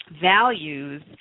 values